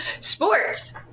sports